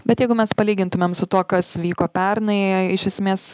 bet jeigu mes palygintumėm su tuo kas vyko pernai iš esmės